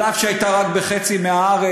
אף שהיא הייתה רק בחצי מהארץ,